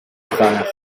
frère